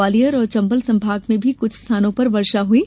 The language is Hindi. ग्वालियर एवं चंबल संभाग में भी कुछ स्थानों पर वर्षा हई है